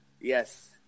Yes